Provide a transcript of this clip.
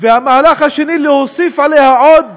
והמהלך השני, להוסיף עליה עוד